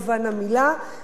אני מברכת אותך.